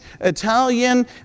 Italian